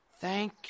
Thank